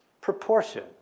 proportion